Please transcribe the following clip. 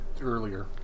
earlier